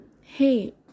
hey